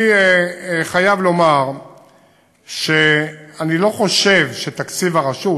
אני חייב לומר שאני לא חושב שתקציב הרשות,